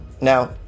now